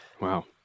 Wow